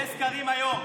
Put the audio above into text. יש סקרים היום.